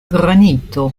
granito